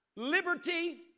liberty